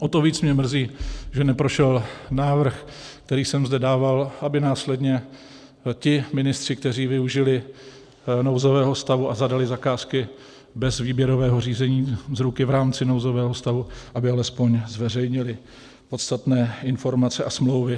O to víc mě mrzí, že neprošel návrh, který jsem zde dával, aby následně ti ministři, kteří využili nouzového stavu a zadali zakázky bez výběrového řízení, z ruky, v rámci nouzového stavu, aby alespoň zveřejnili podstatné informace a smlouvy.